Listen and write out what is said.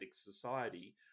society